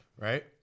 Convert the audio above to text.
Right